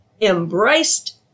embraced